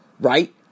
right